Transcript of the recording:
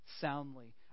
soundly